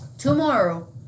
Tomorrow